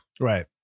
Right